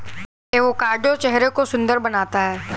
avocado चेहरे को सुंदर बनाता है